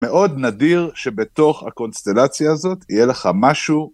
מאוד נדיר שבתוך הקונסטלציה הזאת, יהיה לך משהו...